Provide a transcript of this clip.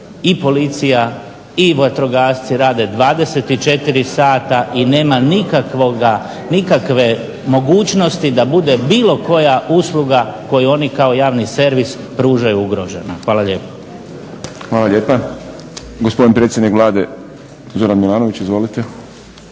i policija i vatrogasci rade 24 sata i nema nikakve mogućnosti da bude bilo koja usluga koju oni kao javni servis pružaju ugrožena. Hvala lijepa. **Šprem, Boris (SDP)** Hvala lijepa. Gospodin predsjednik Vlade Zoran Milanović. Izvolite.